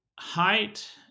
height